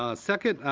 ah second,